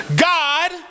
God